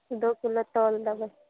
दू किलो तौल देबै